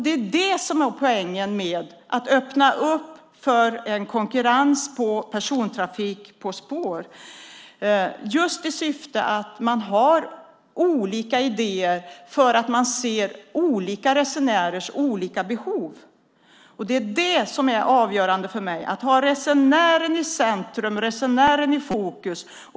Det är det som är poängen med att öppna för konkurrens på persontrafik på spår. Man har olika idéer och ser olika resenärers olika behov. Det är det som är avgörande för mig - resenären i centrum, resenären i fokus.